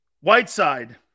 Whiteside